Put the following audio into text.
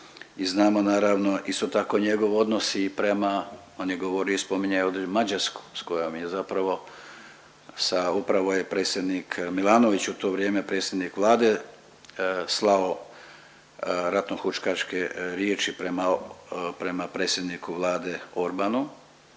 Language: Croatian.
znamo naravno isto tako njegov odnos i prema, on je govorio i spominjao Mađarsku s kojom je zapravo sa upravo je predsjednik Milanović u to vrijeme predsjednik Vlade slao ratnohuškačke riječi prema predsjedniku vlade Orbanu